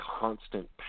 constant